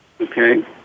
Okay